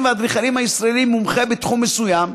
והאדריכלים הישראלים מומחה בתחום מסוים,